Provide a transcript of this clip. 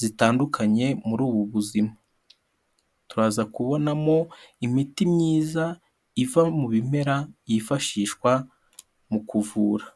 zitandukanye muri ubu buzima, turaza kubonamo imiti myiza iva mu bimera yifashishwa mu kuvura.